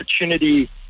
opportunity